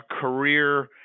career